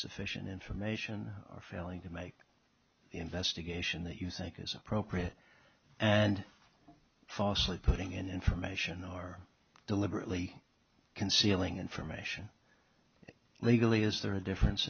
sufficient information or failing to make the investigation that you think is appropriate and falsely putting in information or deliberately concealing information legally is there a difference